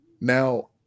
now